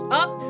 up